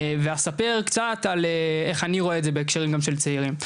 ואספר קצת על איך אני רואה את זה בהקשר גם של צעירים.